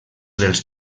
dels